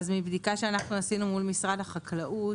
אז מבדיקה שאנחנו עשינו מול משרד החקלאות,